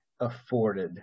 afforded